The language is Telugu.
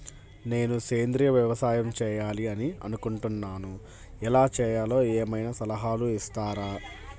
నేను సేంద్రియ వ్యవసాయం చేయాలి అని అనుకుంటున్నాను, ఎలా చేయాలో ఏమయినా సలహాలు ఇస్తారా?